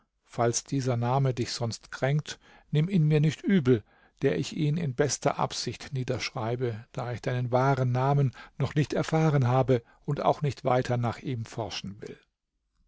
falls dieser name dich sonst kränkt nimm ihn mir nicht übel der ich ihn in bester absicht niederschreibe da ich deinen wahren namen noch nicht erfahren habe und auch nicht weiter nach ihm forschen will